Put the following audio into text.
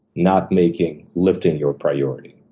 not making lifting your priority.